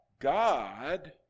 God